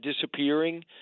disappearing